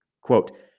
Quote